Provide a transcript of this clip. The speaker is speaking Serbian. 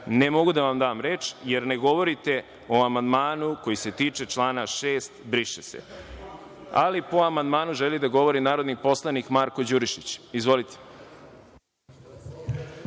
ne mogu da vam dam reč jer ne govorite o amandmanu koji se tiče člana 6. – „briše se.“.Ali, po amandmanu želi da govori narodni poslanik Marko Đurišić. Izvolite.